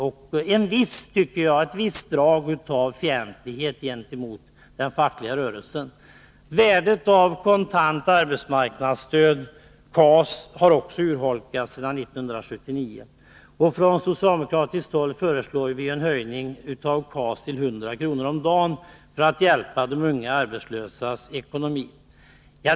Man kan också skönja ett visst drag av fientlighet gentemot den fackliga rörelsen. Värdet av det kontanta arbetsmarknadsstödet, KAS, har också urholkats sedan 1979. Från socialdemokratiskt håll föreslår vi en höjning av KAS till 100 kr. om dagen för att hjälpa de unga arbetslösa.